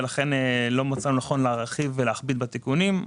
ולכן לא מצאנו לנכון להרחיב ולהכביד בתיקונים.